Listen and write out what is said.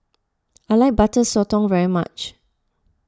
I like Butter Sotong very much